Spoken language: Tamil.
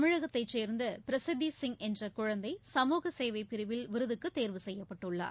தமிழகத்தைச் சேர்ந்த பிரசித்தி சிங் என்ற குழந்தை சமூகசேவைப் பிரிவில் விருதுக்கு தேர்வு செய்யப்பட்டுள்ளார்